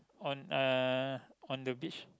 on uh on the beach